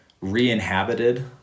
re-inhabited